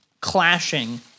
clashing